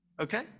Okay